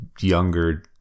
younger